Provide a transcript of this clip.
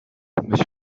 monsieur